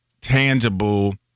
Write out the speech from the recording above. tangible